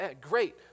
great